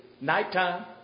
nighttime